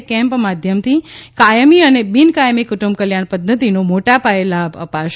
કે ખાતે કેમ્પ માધ્યમથી કાયમી અને બિન કાયમી કુંટુંબકલ્યાણ પધ્ધતિનો મોટા પાયે લાભ અપાશે